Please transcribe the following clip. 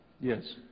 Yes